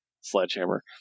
Sledgehammer